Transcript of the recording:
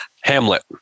Hamlet